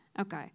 Okay